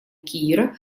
киира